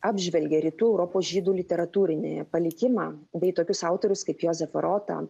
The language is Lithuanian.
apžvelgia rytų europos žydų literatūrinį palikimą bei tokius autorius kaip jozefą rotą